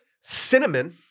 Cinnamon